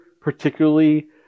particularly